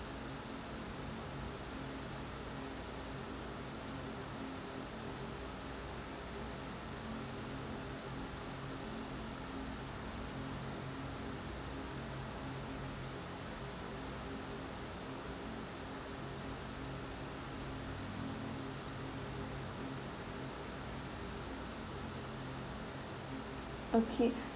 okay